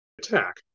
attack